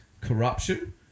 corruption